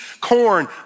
corn